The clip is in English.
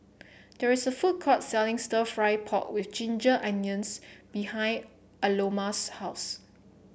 there is a food court selling stir fry pork with Ginger Onions behind Aloma's house